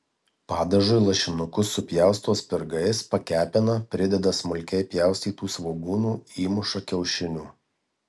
padažui lašinukus supjausto spirgais pakepina prideda smulkiai pjaustytų svogūnų įmuša kiaušinių